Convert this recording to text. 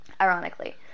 ironically